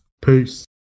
Peace